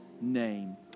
name